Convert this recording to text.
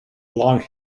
long